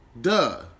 Duh